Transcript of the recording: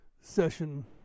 Session